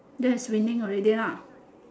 that is winning already lah